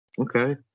Okay